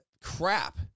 Crap